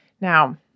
Now